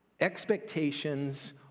Expectations